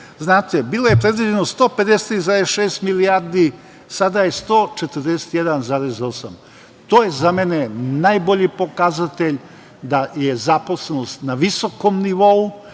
Znate, bilo je predviđeno 153,6 milijardi, a sada je 141,8. To je za mene najbolji pokazatelj da je zaposlenost na visokom nivou,